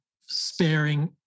sparing